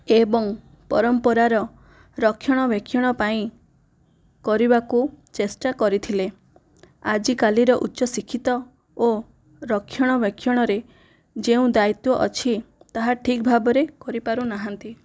ଏବଂ ପରମ୍ପରାର ରକ୍ଷଣ ବେକ୍ଷଣ ପାଇଁ କରିବାକୁ ଚେଷ୍ଟା କରିଥିଲେ ଆଜିକାଲିର ଉଚ୍ଚ ଶିକ୍ଷିତ ଓ ରକ୍ଷଣ ବେକ୍ଷଣରେ ଯେଉଁ ଦାୟିତ୍ୱ ଅଛି ତାହା ଠିକ ଭାବରେ କରିପାରୁନାହାନ୍ତି